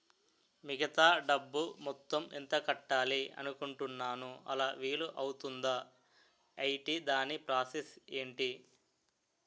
మిగతా డబ్బు మొత్తం ఎంత కట్టాలి అనుకుంటున్నాను అలా వీలు అవ్తుంధా? ఐటీ దాని ప్రాసెస్ ఎంటి?